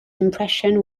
impression